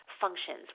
Functions